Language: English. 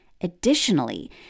Additionally